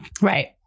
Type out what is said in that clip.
Right